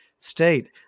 state